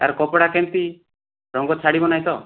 ଆର କପଡ଼ା କେମତି ରଙ୍ଗ ଛାଡ଼ିବ ନାଇଁ ତ